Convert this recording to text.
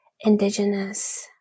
indigenous